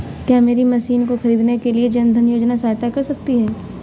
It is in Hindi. क्या मेरी मशीन को ख़रीदने के लिए जन धन योजना सहायता कर सकती है?